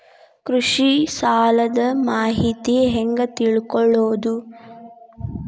ಕೃಷಿ ಸಾಲದ ಮಾಹಿತಿ ಹೆಂಗ್ ತಿಳ್ಕೊಳ್ಳೋದು?